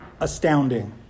astounding